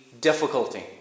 difficulty